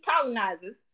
colonizers